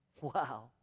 Wow